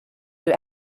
you